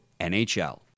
NHL